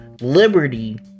Liberty